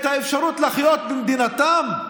את האפשרות לחיות במדינתם,